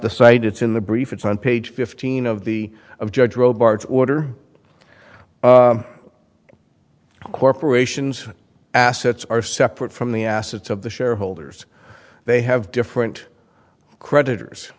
the site it's in the brief it's on page fifteen of the of judge roll barge order corporations assets are separate from the assets of the shareholders they have different creditors